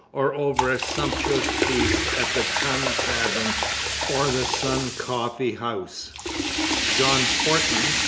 or over a sumptuous feast at the tun tavern or the sun coffee-house. john portman,